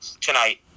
tonight